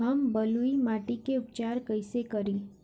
हम बलुइ माटी के उपचार कईसे करि?